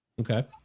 Okay